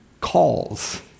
calls